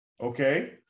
Okay